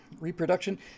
Reproduction